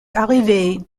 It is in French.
arrivées